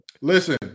Listen